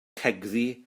cegddu